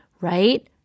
right